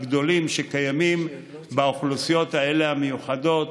הגדולים שקיימים באוכלוסיות האלה המיוחדות,